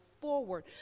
forward